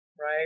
right